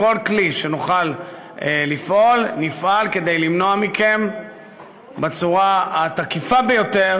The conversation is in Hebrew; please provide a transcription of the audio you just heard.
בכל כלי שנוכל לפעול נפעל כדי למנוע מכם בצורה התקיפה ביותר